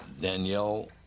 Danielle